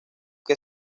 que